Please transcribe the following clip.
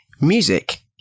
music